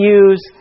use